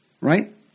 Right